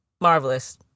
marvelous